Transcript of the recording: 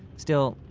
still,